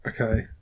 Okay